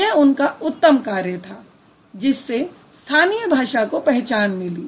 यह उनका उत्तम कार्य था जिससे स्थानीय भाषा को पहचान मिली